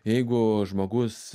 jeigu žmogus